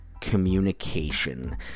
communication